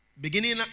beginning